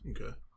Okay